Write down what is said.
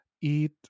eat